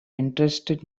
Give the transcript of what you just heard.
interested